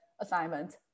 assignment